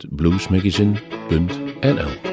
bluesmagazine.nl